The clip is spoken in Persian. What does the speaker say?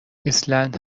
ایسلند